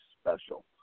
special